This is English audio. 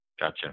Gotcha